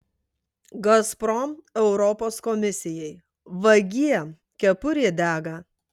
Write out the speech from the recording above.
gazprom europos komisijai vagie kepurė dega